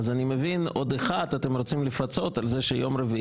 אז אני מבין שאתם מוסיפים עוד יום ראשון אחד כי